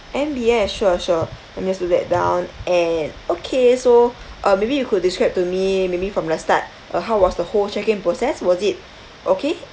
M_B_S sure sure let me just note that down and okay so uh maybe you could describe to me maybe from the start uh how was the whole check in process was it okay